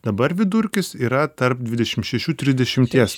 dabar vidurkis yra tarp dvidešim šešių trisdešimties